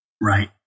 Right